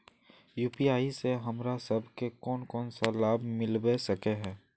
UPI से हमरा सब के कोन कोन सा लाभ मिलबे सके है?